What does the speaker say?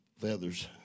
feathers